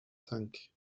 tank